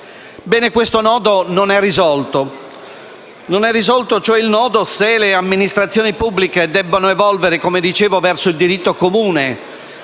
Bene, questo nodo non è risolto. Non è risolto, cioè, il nodo se le amministrazioni pubbliche debbano evolvere - come dicevo - verso il diritto comune